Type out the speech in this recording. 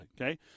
okay